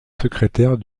secrétaire